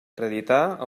acreditar